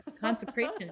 consecration